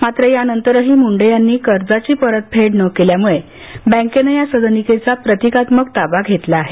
मात्र या नंतरही मुंडे यांनी कर्जाची परतफेड न केल्यामुळे बँकेनं या सदनिकेचा प्रतीकात्मक ताबा घेतला आहे